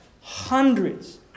hundreds